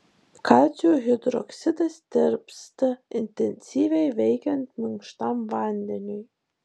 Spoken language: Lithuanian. kalcio hidroksidas tirpsta intensyviai veikiant minkštam vandeniui